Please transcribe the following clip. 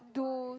do